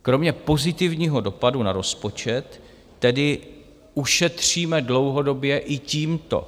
Kromě pozitivního dopadu na rozpočet tedy ušetříme dlouhodobě i tímto.